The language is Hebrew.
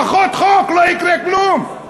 פחות חוק, לא יקרה כלום.